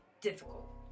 difficult